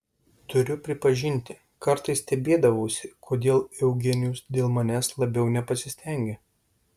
turiu pripažinti kartais stebėdavausi kodėl eugenijus dėl manęs labiau nepasistengia